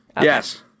Yes